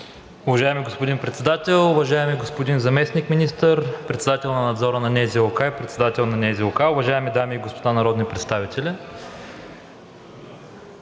Уважаеми господин Председател, уважаеми господин Заместник-министър, Председател на Надзора на НЗОК, Председател на НЗОК, уважаеми дами и господа народни представители!